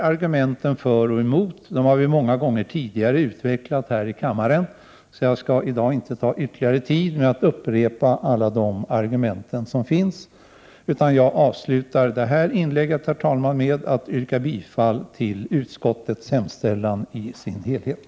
Argumenten för och emot har vi utvecklat många gånger tidigare här i kammaren, så jag skall i dag inte ta upp ytterligare tid med att upprepa dem. Jag slutar detta inlägg, herr talman, med att yrka bifall till utskottets hemställan i dess helhet.